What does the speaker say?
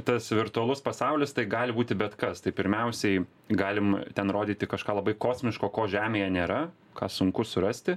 tas virtualus pasaulis tai gali būti bet kas tai pirmiausiai galima ten rodyti kažką labai kosmiško ko žemėje nėra ką sunku surasti